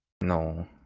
No